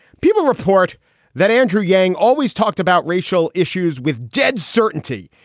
people report that andrew yang always talked about racial issues with dead certainty.